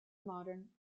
modern